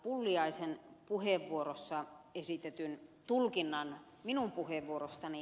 pulliaisen puheenvuorossa esitetyn tulkinnan minun puheenvuorostani